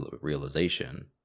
realization